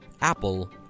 apple